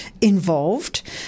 involved